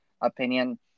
opinion